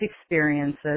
experiences